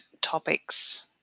topics